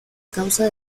causa